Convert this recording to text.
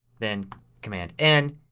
then command n